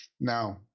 Now